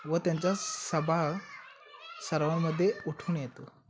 व त्यांचा सभा सर्वामध्ये उठून येतो